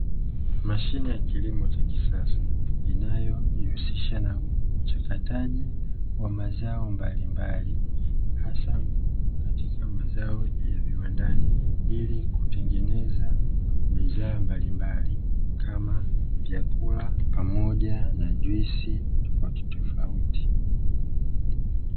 Mashine ya kilimo cha kisasa inayojihusisha na uchakataji wa mazao mbalimbali, hasa katika mazao ya viwandani ili kutengeneza bidhaa mbalimbali kama vyakula pamoja na juisi tofautitofauti.